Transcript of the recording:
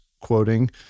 quoting